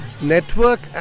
Network